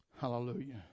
Hallelujah